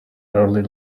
early